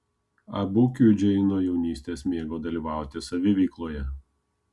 abu kiudžiai nuo jaunystės mėgo dalyvauti saviveikloje